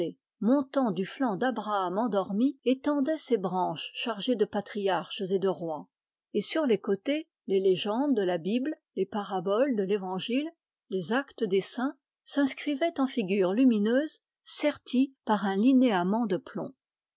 montant du flanc d'abraham endormi étendait ses branches chargées de patriarches et de rois et sur les côtés les légendes de la bible les paraboles de l'évangile les actes des saints s'inscrivaient en figures lumineuses serties par un linéament de plomb